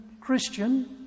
Christian